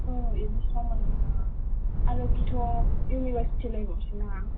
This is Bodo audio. औ एडमिस'नआ मोननाय नङा आरो बेथ' इउनिभारसिटि लायबावसोना